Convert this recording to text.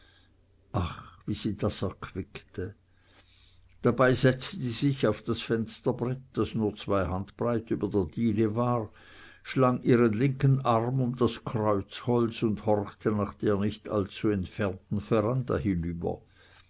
wie sie das erquickte dabei setzte sie sich auf das fensterbrett das nur zwei handbreit über der diele war schlang ihren linken arm um das kreuzholz und horchte nach der nicht allzu entfernten veranda hinüber